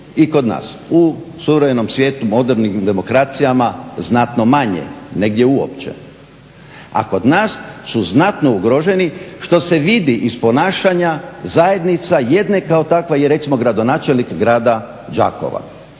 i kod nas. U suvremenom svijetu, modernim demokracijama znatno manje, negdje uopće, a kod nas su znatno ugroženi što se vidi iz ponašanja zajednica. Jedna kao takva je recimo gradonačelnik grada Đakova